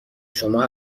شما